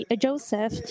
Joseph